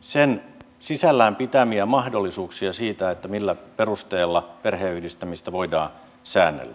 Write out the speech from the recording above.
sen sisällään pitämiä mahdollisuuksia siitä millä perusteella perheenyhdistämistä voidaan säännellä